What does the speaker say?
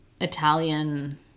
Italian